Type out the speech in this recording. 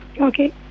Okay